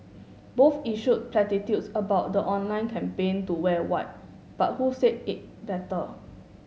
both issued platitudes about the online campaign to wear white but who said it better